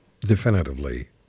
definitively